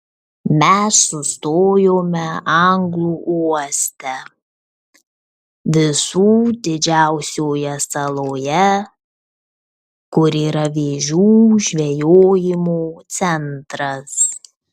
mes sustojome anglų uoste visų didžiausioje saloje kur yra vėžių žvejojimo centras